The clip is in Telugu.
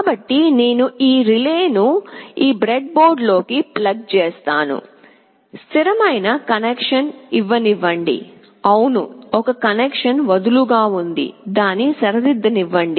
కాబట్టి నేను ఈ రిలే ను ఈ బ్రెడ్బోర్డ్ లోకి ప్లగ్ చేసాను స్థిరమైన కనెక్షన్ ఇవ్వనివ్వండి అవును ఒక కనెక్షన్ వదులుగా ఉంది దాన్ని సరిదిద్దనివ్వండి